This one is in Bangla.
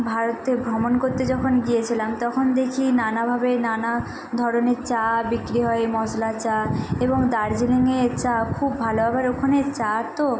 ভারতে ভ্রমণ করতে যখন গিয়েছিলাম তখন দেখি নানাভাবে নানা ধরনের চা বিক্রি হয় মশলা চা এবং দার্জিলিংয়ের চা খুব ভালো এবার ওখানের চা তো